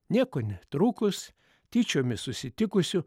nieko netrukus tyčiomis susitikusių